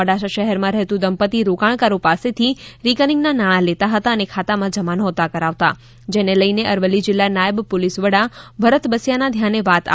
મોડાસા શહેરમાં રહેતું દંપત્તિ રોકાણકારો પાસેથી રિકરિંગના નાણાં લેતા હતા અને ખાતામાં જમા નહોતા કરાવતા જેને લઇને અરવલ્લી જિલ્લા નાયબ પોલિસ વડા ભરત બસિયાના ધ્યાને વાત આવી હતી